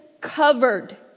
covered